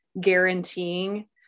guaranteeing